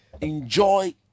Enjoy